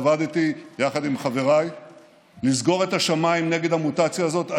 עבדתי יחד עם חבריי לסגור את השמיים נגד המוטציה הזאת.